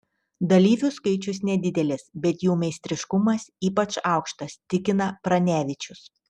dalyvių skaičius nedidelis bet jų meistriškumas ypač aukštas tikina pranevičius